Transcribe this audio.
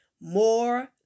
more